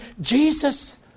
Jesus